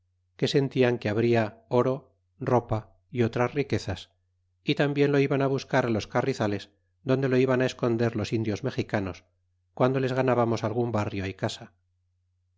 que sentian que habria oro ropa y otras riquezas y tambien lo iban á buscar á los carrizales donde lo iban á esconder los indios mexicanos guando les ganábamos algun barrio y casa